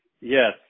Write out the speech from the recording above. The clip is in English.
Yes